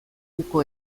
uko